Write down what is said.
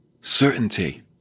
certainty